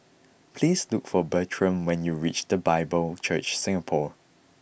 please look for Bertram when you reach The Bible Church Singapore